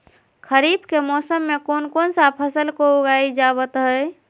खरीफ के मौसम में कौन कौन सा फसल को उगाई जावत हैं?